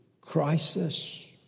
crisis